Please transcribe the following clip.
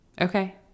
Okay